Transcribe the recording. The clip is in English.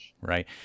right